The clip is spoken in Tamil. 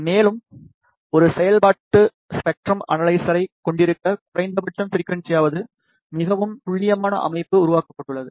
மேலும் ஒரு செயல்பாட்டு ஸ்பெக்ட்ரம் அனலைசரைக் கொண்டிருக்க குறைந்தபட்சம் ஃபிரிக்குவன்ஸிலாவது மிகவும் துல்லியமான அமைப்பு உருவாக்கப்பட்டுள்ளது